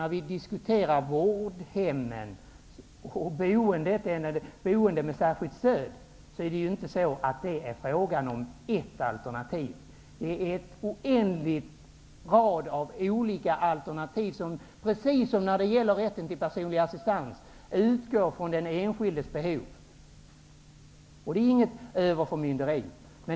När vi diskuterar vårdhemmen eller boende med särskilt stöd är det inte fråga om ett enda alternativ. Det finns ett oändlig rad av olika alternativ som på samma sätt som när det gäller rätten till personlig assistans utgår från den enskildes behov. Det är inget överförmynderi.